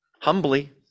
Humbly